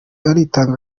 aritanga